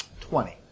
Twenty